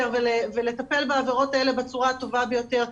ולטפל בעבירות האלה בצורה הטובה ביותר.